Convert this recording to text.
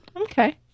Okay